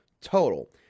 total